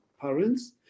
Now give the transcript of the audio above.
parents